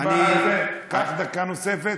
קח דקה נוספת,